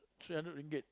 three hundred ringgit